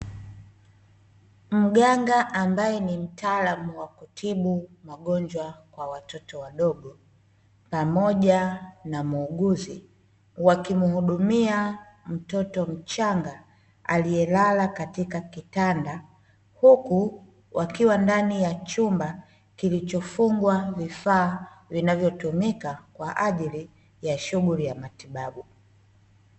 Mganga ambaye ni mtaalamu wa kutibu magonjwa kwa watoto wadogo pamoja na muuguzi wakimuhudumia mtoto mchanga aliyelala katika kitanda, huku wakiwa ndani ya chumba kilichofungwa vifaa vinavyotumika kwa ajili ya shughuli ya matibabu.